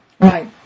Right